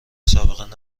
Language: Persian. سابقه